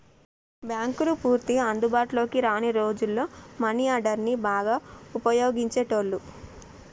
బ్యేంకులు పూర్తిగా అందుబాటులోకి రాని రోజుల్లో మనీ ఆర్డర్ని బాగా వుపయోగించేటోళ్ళు